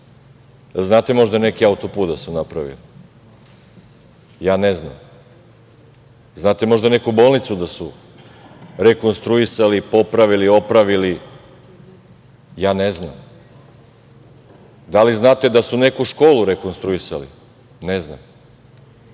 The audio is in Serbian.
Jel znate možda neki auto-put da su napravili? Ja ne znam. Jel znate možda neku bolnicu da su rekonstruisali, popravili, opravili? Ja ne znam. Da li znate da su neku školu rekonstruisali? Ja ne